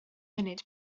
munud